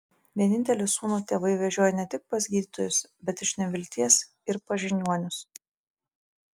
vienintelį sūnų tėvai vežiojo ne tik pas gydytojus bet iš nevilties ir pas žiniuonius